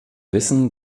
wissen